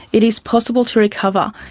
it is possible to recover.